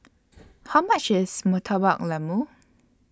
How much IS Murtabak Lembu